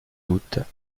doutes